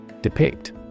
Depict